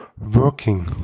working